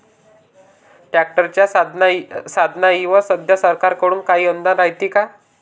ट्रॅक्टरच्या साधनाईवर सध्या सरकार कडून काही अनुदान रायते का?